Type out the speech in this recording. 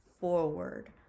forward